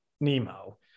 Nemo